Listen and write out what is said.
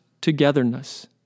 togetherness